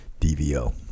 DVO